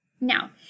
Now